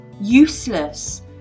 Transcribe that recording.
useless